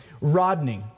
Rodney